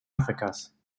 afrikas